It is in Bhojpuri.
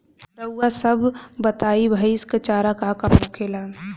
रउआ सभ बताई भईस क चारा का का होखेला?